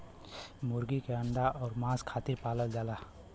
मुरगी के अंडा अउर मांस खातिर पालल जाला